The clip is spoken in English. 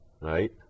right